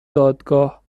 دادگاه